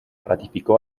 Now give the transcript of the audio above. ratificó